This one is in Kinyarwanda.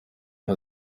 nka